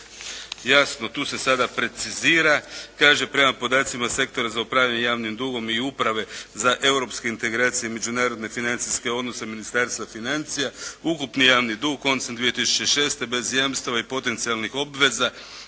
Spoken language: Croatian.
jasno tu se sada precizira. Kaže: «Prema podacima Sektora za upravljanje javnim dugom i uprave za europske integracije međunardone financijske odnose Ministarstva financija, ukupni javni dug koncem 2006. bez jamstava i potencijalnih obveza